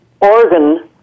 organ